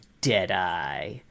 Deadeye